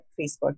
Facebook